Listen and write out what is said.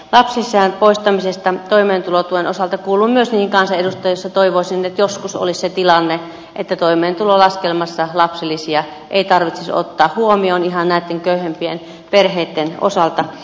lapsilisän poistamisesta toimeentulotuen osalta kuulun myös niihin kansanedustajiin jotka toivoisivat että joskus olisi se tilanne että toimeentulolaskelmassa lapsilisiä ei tarvitsisi ottaa huomioon ihan näitten köyhimpien perheitten osalta